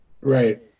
Right